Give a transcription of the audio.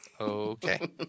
okay